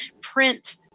print